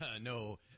No